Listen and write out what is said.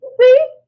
see